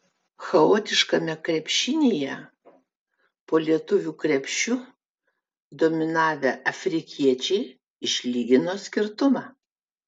chaotiškame krepšinyje po lietuvių krepšiu dominavę afrikiečiai išlygino skirtumą